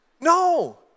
No